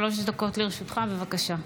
שלוש דקות לרשותך, בבקשה.